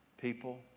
people